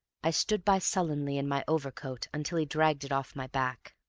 i stood by sullenly in my overcoat until he dragged it off my back.